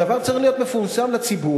הדבר צריך להיות מפורסם לציבור,